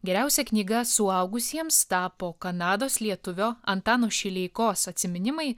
geriausia knyga suaugusiems tapo kanados lietuvio antano šileikos atsiminimai